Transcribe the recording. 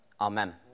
Amen